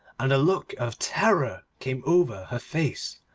and a look of terror came over her face.